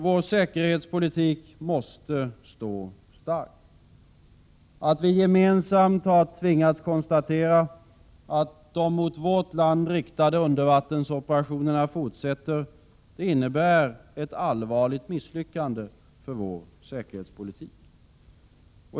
Vår säkerhetspolitik måste stå stark. Att vi gemensamt har tvingats konstatera att de mot vårt land riktade undervattensoperationerna fortsätter innebär ett allvarligt misslyckande för vår säkerhetspolitik.